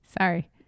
sorry